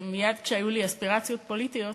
מייד כשהיו לי אספירציות פוליטיות